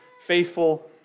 faithful